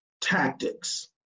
tactics